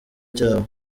cyabo